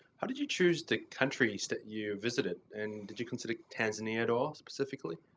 how did you choose the countries that you visited, and did you consider tanzania at all, specifically?